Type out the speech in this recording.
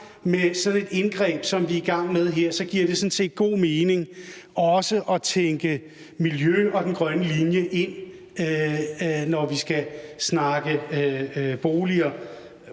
med sådan et indgreb, som vi er i gang med her, giver det sådan set god mening også at tænke miljø og den grønne linje ind, når vi skal snakke boliger.